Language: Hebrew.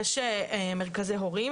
יש מרכזי מורים,